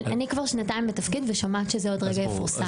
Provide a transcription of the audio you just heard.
אני כבר שנתיים בתפקיד ושומעת שזה עוד רגע יפורסם,